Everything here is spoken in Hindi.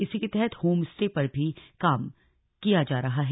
इसी के तहत होमस्टे पर भी कार्य किया जा रहा है